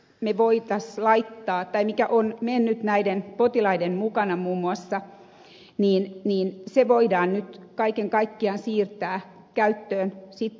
ne voi taas se raha mikä on mennyt näiden potilaiden mukana muun muassa voidaan nyt kaiken kaikkiaan siirtää käyttöön sitten muualle